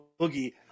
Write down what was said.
boogie